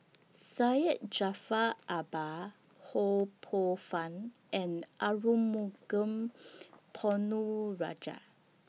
Syed Jaafar Albar Ho Poh Fun and Arumugam Ponnu Rajah